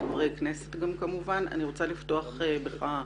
גם חברי כנסת כמובן, אני רוצה לפתוח בך,